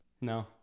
No